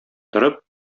торып